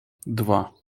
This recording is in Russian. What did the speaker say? два